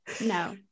no